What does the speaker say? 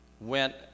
went